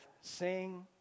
sing